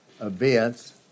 events